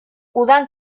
udan